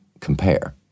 compare